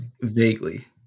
Vaguely